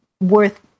worth